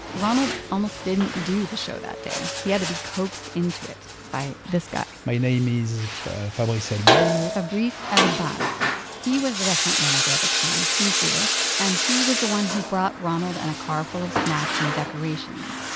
ronald almost didn't do the show that day. he had to be coaxed into it by this guy my name is fabrice elbaz but fabrice elbaz he was the restaurant manager at the time. he's jewish. and he was the one who brought ronald and a car full of snacks and decorations.